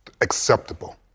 acceptable